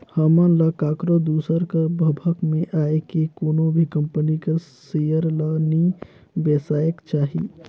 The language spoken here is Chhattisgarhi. हमन ल काकरो दूसर कर भभक में आए के कोनो भी कंपनी कर सेयर ल नी बेसाएक चाही